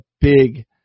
big